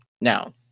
now